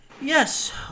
Yes